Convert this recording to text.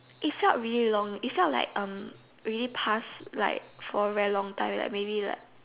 if felt really long it felt like um really past like for very long time maybe like